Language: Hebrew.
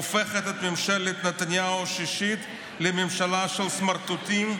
הופכת את ממשלת נתניהו השישית לממשלה של סמרטוטים,